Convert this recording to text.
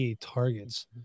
targets